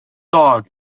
dog